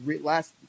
Last